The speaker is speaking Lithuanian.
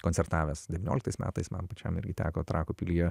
koncertavęs devynioliktais metais man pačiam irgi teko trakų pilyje